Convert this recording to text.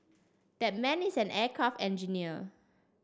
that man is an aircraft engineer